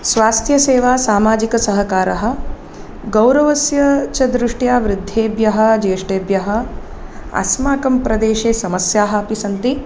स्वास्थ्यसेवा सामाजिकसहकारः गौरवस्य च दृष्ट्या वृद्धेभ्यः ज्येष्ठेभ्यः अस्माकं प्रदेशे समस्याः अपि सन्ति